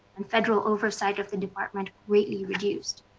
in federal oversight of the department greatly reduced.